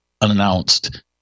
unannounced